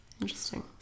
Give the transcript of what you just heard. Interesting